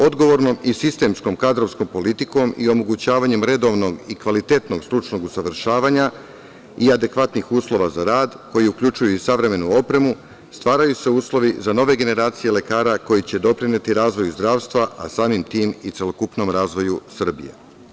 Odgovornom i sistemskom kadrovskom politikom i omogućavanjem redovnog i kvalitetnog i stručnog usavršavanja i adekvatnih uslova za rad koji uključuju i savremenu opremu, stvaraju se uslovi za nove generacije lekara koji će doprineti razvoju zdravstva, a samim tim i celokupnom razvoju Srbije.